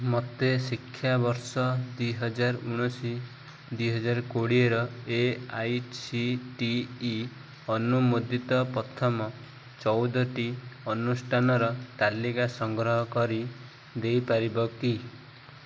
ମୋତେ ଶିକ୍ଷାବର୍ଷ ଦୁଇ ହଜାର ଉଣେଇଶ ଦୁଇ ହଜାର କୋଡ଼ିଏର A I C T E ଅନୁମୋଦିତ ପ୍ରଥମ ଚଉଦ ଟି ଅନୁଷ୍ଠାନର ତାଲିକା ସଂଗ୍ରହ କରି ଦେଇପାରିବ କି